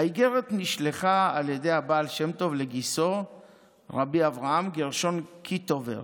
האיגרת נשלחה על ידי הבעל שם טוב לגיסו רבי אברהם גרשון קיטובר